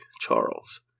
Charles